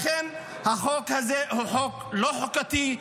לכן החוק הזה הוא חוק לא חוקתי.